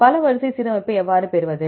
பல வரிசை சீரமைப்பை எவ்வாறு பெறுவது